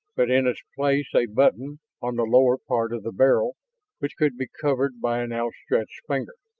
but in its place a button on the lower part of the barrel which could be covered by an outstretched finger.